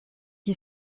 qui